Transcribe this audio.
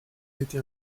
été